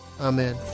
amen